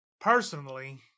personally